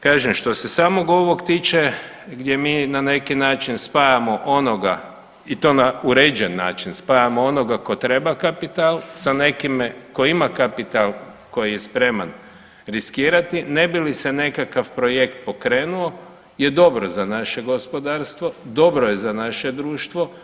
Kažem, što se samog ovog tiče gdje mi na neki način spajamo onoga i to na uređen način, spajamo onoga ko treba kapital sa nekime ko ima kapital koji je spreman riskirati ne bi li se nekakav projekt pokrenuo je dobro za naše gospodarstvo, dobro je za naše društvo.